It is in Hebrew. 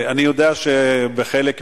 אני יודע שבחלק מהדברים,